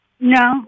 no